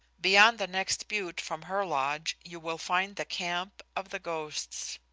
beyond the next butte from her lodge you will find the camp of the ghosts.